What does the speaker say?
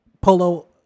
polo